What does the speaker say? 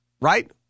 right